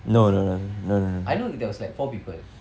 is it I know that there was like four people